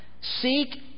Seek